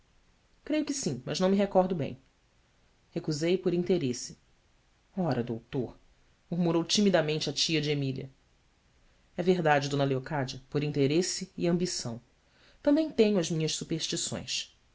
creio que sim mas não me recordo bem ecusei por interesse ra doutor murmurou timidamente a tia de mília é verdade d leocádia por interesse e ambição também tenho as minhas superstições